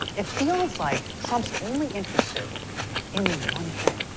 it feels like trump's only interested in one thing.